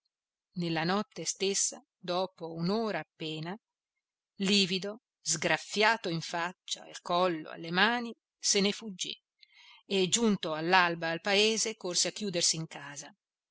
nella notte stessa dopo un'ora appena livido sgraffiato in faccia al collo alle mani se ne fuggì e giunto all'alba al paese corse a chiudersi in casa